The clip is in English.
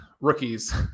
rookies